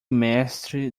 mestre